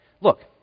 Look